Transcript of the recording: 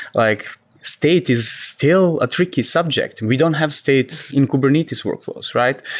like state is still a tricky subject, and we don't have states in kubernetes workflows, right?